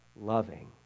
Loving